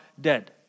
dead